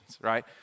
right